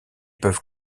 peuvent